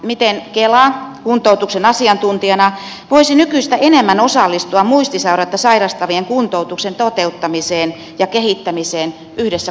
miten kela kuntoutuksen asiantuntijana voisi nykyistä enemmän osallistua muistisairautta sairastavien kuntoutuksen toteuttamiseen ja kehittämiseen yhdessä kuntien kanssa